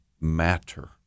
matter